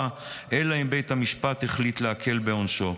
אלא אם כן בית המשפט החליט להקל בעונשו.